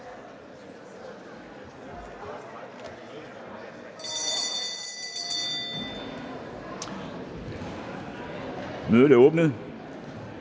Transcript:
Mødet er åbnet.